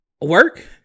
Work